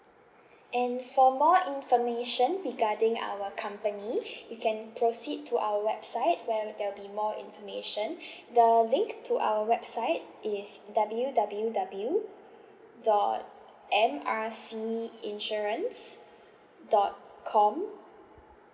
and for more information regarding our company you can proceed to our website where there will be more information the link to our website is W_W_W dot M R C insurance dot com